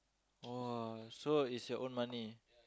!wah! so it's your own money